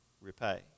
repay